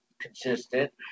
consistent